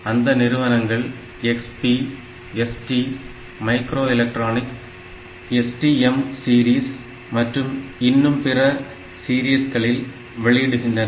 அந்த நிறுவனங்கள் XP ST micro electronic STM series மற்றும் இன்னும் பிற சீரிஸ்களில் வெளியிடுகின்றன